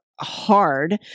hard